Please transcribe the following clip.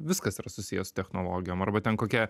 viskas yra susiję su technologijom arba ten kokia